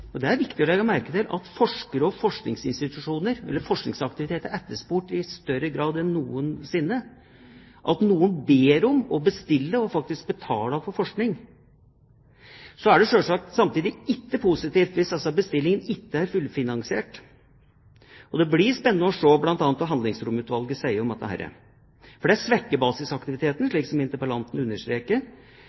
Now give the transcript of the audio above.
Det er utvilsomt positivt og viktig å legge merke til at forskere og forskningsaktivitet er etterspurt i større grad enn noensinne, at noen ber om og bestiller og faktisk betaler for forskning. Samtidig er det selvsagt ikke positivt hvis disse bestillingene ikke er fullfinansierte. Det blir spennende å se bl.a. hva Handlingsromsutvalget sier om dette. Det svekker basisaktiviteten, slik interpellanten understreker, eller hva det måtte være av typen grunnforskning, anvendt forskning eller formidling som